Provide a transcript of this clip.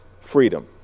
freedom